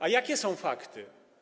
A jakie są fakty?